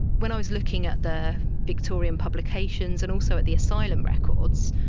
when i was looking at the victorian publications and also at the asylum records,